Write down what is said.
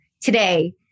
today